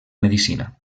medicina